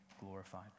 glorified